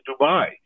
Dubai